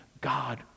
God